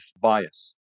bias